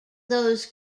those